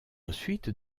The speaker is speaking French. ensuite